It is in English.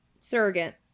Surrogate